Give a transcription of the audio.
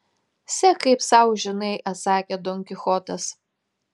sek kaip sau žinai atsakė don kichotas